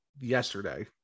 yesterday